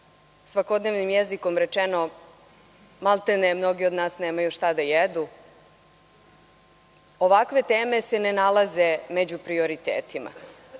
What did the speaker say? svakodnevnim jezikom rečeno, maltene mnogi od nas nemaju šta da jedu, ovakve teme se ne nalaze među prioritetima